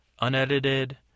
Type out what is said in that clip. unedited